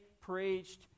preached